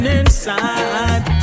inside